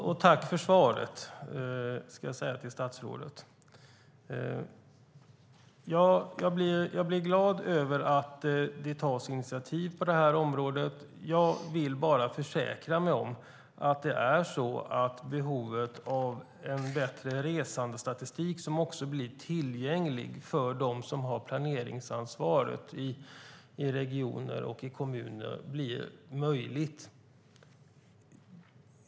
Fru talman! Jag tackar statsrådet för svaret. Jag blir glad över att det tas initiativ på området. Jag vill bara försäkra mig om att behovet av en bättre resandestatistik som också blir tillgänglig för dem som har planeringsansvaret i regioner och kommuner blir fyllt.